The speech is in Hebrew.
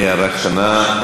הערה קטנה.